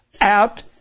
out